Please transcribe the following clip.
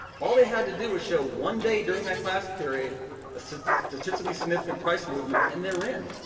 all they had to do was show one day during that class period ah statistically significant price movement, and they're in.